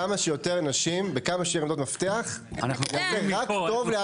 כמה שיותר נשים בכמה שיותר עמדות מפתח זה רק טוב לעם ישראל.